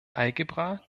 algebra